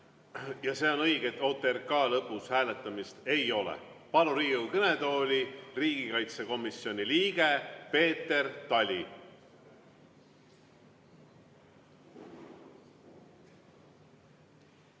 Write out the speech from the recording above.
Jaa, see on õige, et OTRK lõpus hääletamist ei ole. Palun Riigikogu kõnetooli, riigikaitsekomisjoni liige Peeter Tali!